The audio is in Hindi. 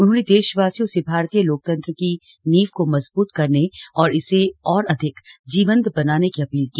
उन्होंने देशवासियों से भारतीय लोकतंत्र की नींव को मजबूत करने तथा इसे और अधिक जीवंत बनाने की अपील की